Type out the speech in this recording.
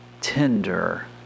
tender